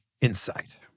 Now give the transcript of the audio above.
insight